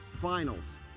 Finals